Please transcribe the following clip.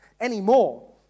anymore